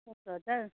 सत्र हजार